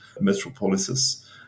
metropolises